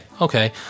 okay